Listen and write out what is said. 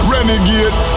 Renegade